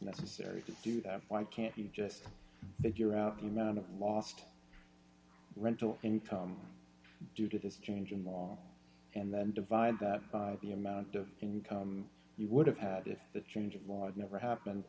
necessary to do that why can't you just figure out the amount of lost rental income due to this change in law and then divide that by the amount of income you would have had if the change in law had never happened